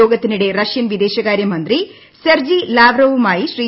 യോഗത്തിനിടെ Russian വിദേശകാര്യ മന്ത്രി Sergei ലാവ്റോവുമായി ശ്രീ